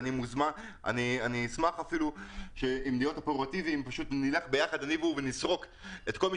אני אשמח אם אני והוא נלך ביחד ונסרוק את כל מי